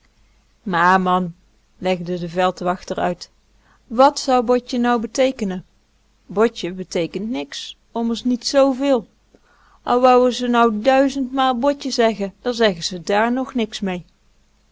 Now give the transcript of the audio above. maar man legde de veldwachter uit wàt zou botje nou beteekenen botje beteekent niks ommers niet zveel al wouen ze nou duizendmaal botje zeggen dan zeggen ze dààr nog niks mee